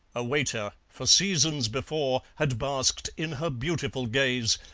a waiter, for seasons before, had basked in her beautiful gaze,